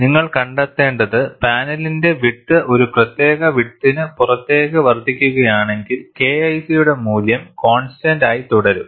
നിങ്ങൾ കണ്ടെത്തേണ്ടത് പാനലിന്റെ വിഡ്ത് ഒരു പ്രത്യേക വിഡ്ത്തിന പ്പുറത്തേക്ക് വർദ്ധിപ്പിക്കുകയാണെങ്കിൽ KIC യുടെ മൂല്യം കോൺസ്റ്റൻറ് ആയി തുടരും